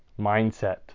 mindset